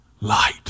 light